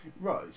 right